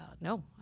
no